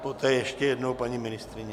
Poté ještě jednou paní ministryně.